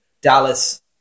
Dallas